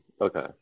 okay